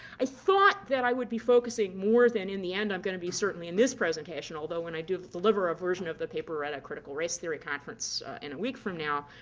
i thought that i would be focusing more than in the end, i'm going to be certainly in this presentation, although when i deliver a version of the paper at a critical race theory conference in a week from now,